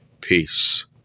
Peace